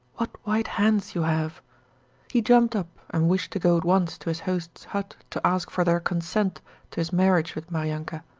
what white hands you have he jumped up and wished to go at once to his hosts' hut to ask for their consent to his marriage with maryanka.